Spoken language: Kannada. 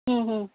ಹ್ಞೂ ಹ್ಞೂ